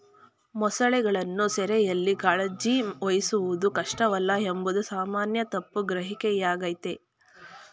ಮೊಸಳೆಗಳನ್ನು ಸೆರೆಯಲ್ಲಿ ಕಾಳಜಿ ವಹಿಸುವುದು ಕಷ್ಟವಲ್ಲ ಎಂಬುದು ಸಾಮಾನ್ಯ ತಪ್ಪು ಗ್ರಹಿಕೆಯಾಗಯ್ತೆ